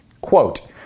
Quote